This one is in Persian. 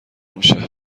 میشه